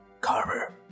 Carver